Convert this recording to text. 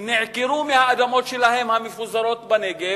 הם נעקרו מהאדמות שלהם המפוזרות בנגב,